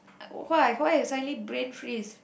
why why you suddenly brain freeze